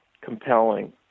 compelling